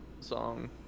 song